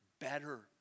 better